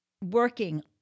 working